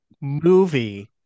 movie